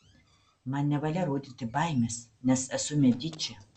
man nevalia rodyti baimės nes esu mediči